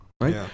right